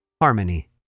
Harmony